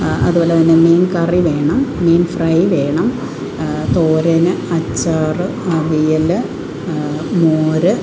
അതുപോലെതന്നെ മീൻകറി വേണം മീൻ ഫ്രൈ വേണം തോരൻ അച്ചാർ അവിയൽ മോര്